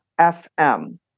fm